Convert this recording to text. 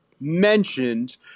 mentioned